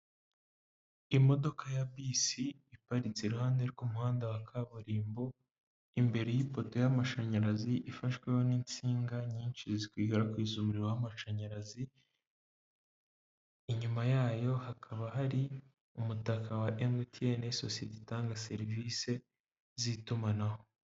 Imodoka ya bisi, iparitse iruhande rw'umuhanda wa kaburimbo, imbere y'ipoto y'amashanyarazi, ifashweho n'insinga nyinshi zikwirakwiza umuriro w'amashanyarazi, inyuma yayo hakaba hari, umutaka wa emutiyeni sosiyete itanga serivisi z'itumanaho.